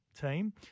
team